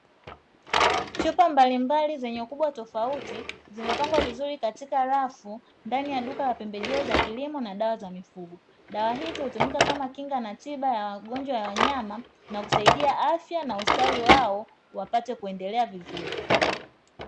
Chupa mbalimbali zenye ukubwa tofauti, zimepangwa vizuri katika rafu ndani ya duka la pembejeo za kilimo na dawa za mifugo. Dawa hizi hutumika kama kinga na tiba ya magonjwa ya wanyama, na kusaidia afya na ustawi wao wapate kuendelea vizuri.